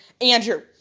Andrew